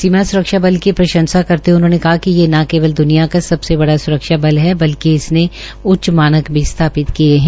सीमा स्रक्षा बल की प्रंशसा करते हये उन्होंने ये न केवल द्निया का सबसे बड़ा स्रक्षा बल है बल्कि इसने उच्च मानक भी स्थापित किये है